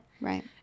Right